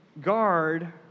guard